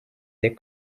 they